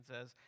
says